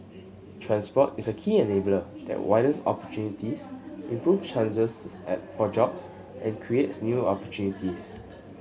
transport is a key enabler that widens opportunities improves chances and for jobs and creates new opportunities